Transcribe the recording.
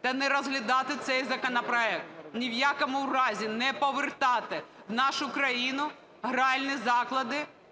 та не розглядати цей законопроект, ні в якому разі не повертати в нашу країну гральні заклади,